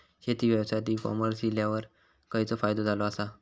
शेती व्यवसायात e commerce इल्यावर खयचो फायदो झालो आसा?